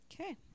okay